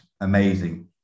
amazing